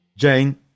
Jane